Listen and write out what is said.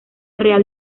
real